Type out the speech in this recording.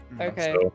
Okay